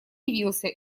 явился